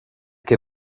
che